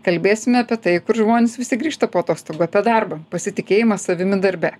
kalbėsime apie tai kur žmonės visi grįžta po atostogų apie darbą pasitikėjimą savimi darbe